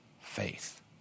faith